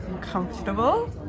comfortable